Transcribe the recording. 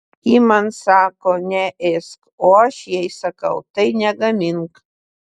ji man sako neėsk o aš jai sakau tai negamink